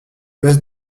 ouest